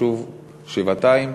חשוב שבעתיים